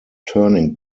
turning